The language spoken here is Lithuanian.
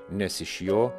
nes iš jo